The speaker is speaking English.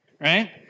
Right